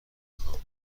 خواهم